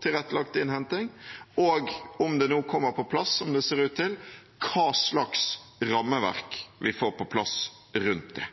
tilrettelagt innhentning, og, om det nå kommer på plass, som det ser ut til, hva slags rammeverk vi får på plass rundt det.